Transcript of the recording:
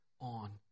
on